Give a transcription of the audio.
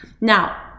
Now